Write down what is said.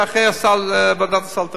אחרי שוועדת הסל תחליט.